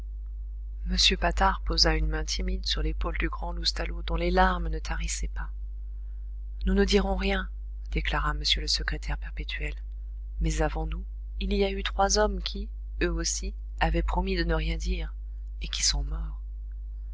m patard posa une main timide sur l'épaule du grand loustalot dont les larmes ne tarissaient pas nous ne dirons rien déclara m le secrétaire perpétuel mais avant nous il y a eu trois hommes qui eux aussi avaient promis de ne rien dire et qui sont morts